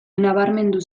nabarmendu